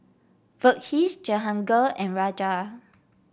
Verghese Jehangirr and Raja